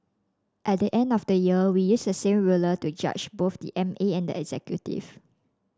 at the end of the year we use the same ruler to judge both the M A and the executive